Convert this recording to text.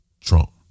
Trump